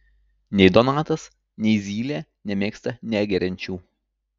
nei donatas nei zylė nemėgsta negeriančių